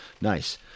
Nice